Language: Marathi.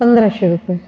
पंधराशे रुपये